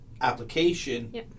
application